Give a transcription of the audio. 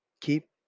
Keep